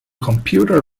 computer